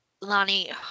Lani